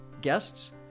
guests